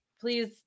please